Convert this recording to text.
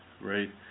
right